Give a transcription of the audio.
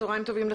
צוהריים טובים.